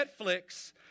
Netflix